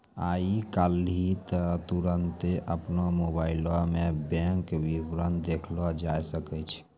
आइ काल्हि त तुरन्ते अपनो मोबाइलो मे बैंक विबरण देखलो जाय सकै छै